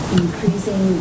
increasing